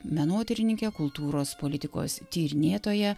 menotyrininke kultūros politikos tyrinėtoja